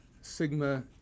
sigma